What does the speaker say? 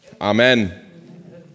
Amen